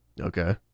Okay